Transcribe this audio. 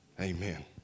Amen